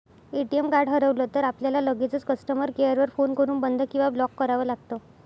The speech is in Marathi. ए.टी.एम कार्ड हरवलं तर, आपल्याला लगेचच कस्टमर केअर वर फोन करून बंद किंवा ब्लॉक करावं लागतं